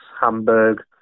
Hamburg